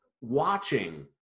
watching